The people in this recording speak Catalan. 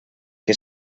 que